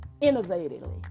innovatively